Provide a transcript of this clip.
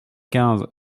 quinze